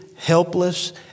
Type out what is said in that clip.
Helpless